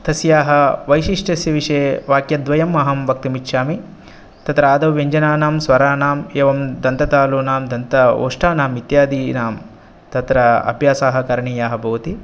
तस्याः वैशिष्ट्यस्य विषये वाक्यद्वयम् अहं वक्तुम् इच्छामि तत्र आदौ व्यञ्जनानां स्वरानां एवं दन्ततालुनां दन्त ओष्ठानाम् इत्यादीनां तत्र अभ्यासः करणीयः भवति